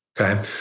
Okay